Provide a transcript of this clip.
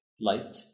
light